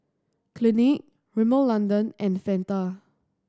Clinique Rimmel London and Fanta